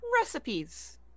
recipes